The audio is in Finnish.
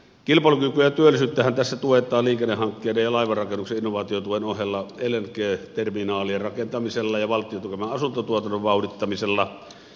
kilpailukykyä ja työllisyyttähän tässä tuetaan liikennehankkeiden ja laivanrakennuksen innovaatiotuen ohella lng terminaalien rakentamisella ja valtion tukeman asuntotuotannon vauhdittamisella